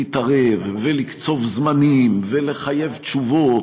להתערב ולקצוב זמנים ולחייב תשובות